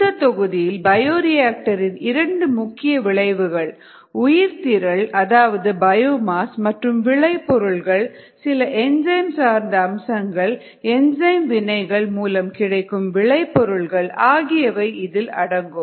இந்த தொகுதியில் பயோரியாக்டர் இன் 2 முக்கிய விளைவுகள் உயிர்த்திரள் அதாவது பயோமாஸ் மற்றும் விளை பொருள்கள் சில என்சைம் சார்ந்த அம்சங்கள் என்சைம் வினைகள் மூலம் கிடைக்கும் விளைபொருள்கள் ஆகியவை இதில் அடங்கும்